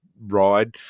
ride